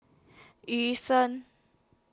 Yu Sheng